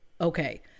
okay